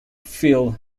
field